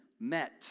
met